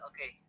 Okay